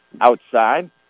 outside